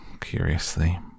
curiously